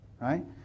right